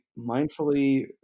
mindfully